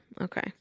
okay